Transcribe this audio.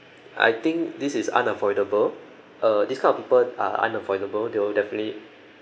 I think this is unavoidable uh this kind of people are unavoidable they'll definitely